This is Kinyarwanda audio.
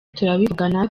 turavugana